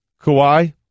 Kawhi